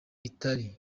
itari